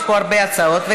יש פה הרבה הצעות.